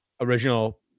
original